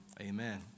amen